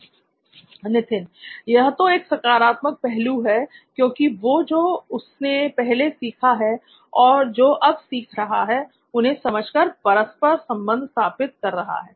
नित्थिन यह तो एक सकारात्मक पहलू है क्योंकि वो जो उसने पहले सीखा है और जो अब सीख रहा है उन्हें समझ कर परस्पर संबंध स्थापित कर रहा है